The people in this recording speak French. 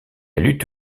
lutte